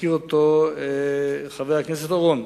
הזכיר אותו חבר הכנסת אורון.